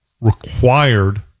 required